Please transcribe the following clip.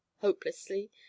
hopelessly